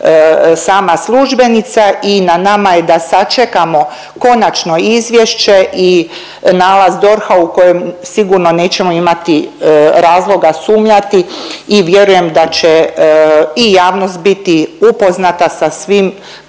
sama službenica i na nama je da sačekamo konačno izvješće i nalaz DORH-a u kojem sigurno nećemo imati razloga sumnjati i vjerujem da će i javnost biti upoznata sa svim